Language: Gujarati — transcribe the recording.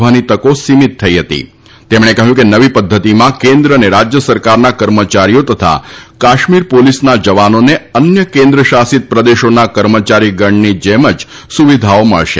વધવાની તકો સીમીત થઈ હતી નવી પદ્ધતિમાં કેન્દ્ર અને રાજ્ય સરકારના કર્મયારીઓ તથા કાશ્મીર પોલીસના જવાનોને અન્ય કેન્દ્ર શાસિત પ્રદેશોના કર્મચારી ગણની જેમ જ સુવિધાઓ મળશે